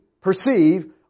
perceive